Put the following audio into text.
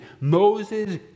Moses